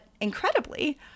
incredibly